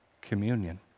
Communion